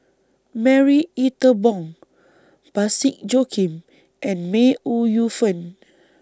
Marie Ethel Bong Parsick Joaquim and May Ooi Yu Fen